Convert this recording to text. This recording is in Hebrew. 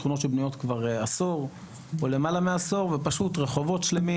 שכונות שבנויות כבר עשור או למעלה מעשור ופשוט רחובות שלמים,